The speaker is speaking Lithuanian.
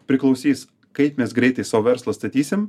priklausys kaip mes greitai savo verslą statysim